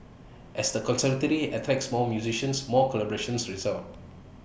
as the conservatory attacks more musicians more collaborations result